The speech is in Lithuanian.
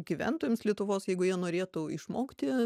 gyventojams lietuvos jeigu jie norėtų išmokti